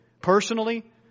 personally